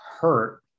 hurt